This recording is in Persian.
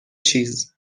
چیز